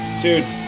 dude